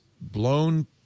blown